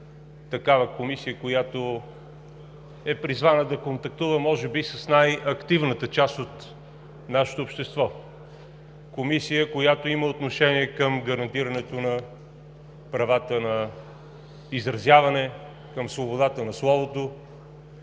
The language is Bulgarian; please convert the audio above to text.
такава комисия, която е призвана да контактува може би с най-активната част от нашето общество – Комисия, която има отношение към гарантирането на правата на изразяване, към свободата на словото.